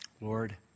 Lord